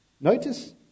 Notice